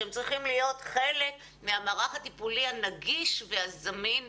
שהם צריכים להיות חלק מהמערך הטיפולי הנגיש והזמין בגן.